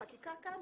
החקיקה כאן